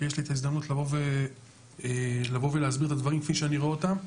כי יש לי את ההזדמנות לבוא ולהסביר את הדברים כפי שאני רואה אותם.